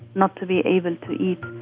not to be able to eat,